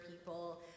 people